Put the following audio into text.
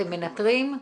אתם מנתרים?